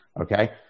okay